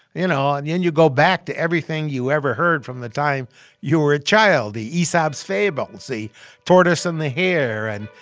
you know, and then yeah and you go back to everything you ever heard from the time you were a child the aesop's fables, the tortoise and the hare and,